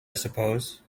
suppose